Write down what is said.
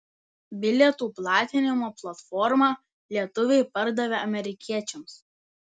bilietų platinimo platformą lietuviai pardavė amerikiečiams